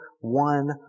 one